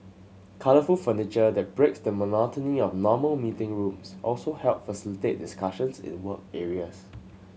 colourful furniture that breaks the monotony of normal meeting rooms also help facilitate discussions in the work areas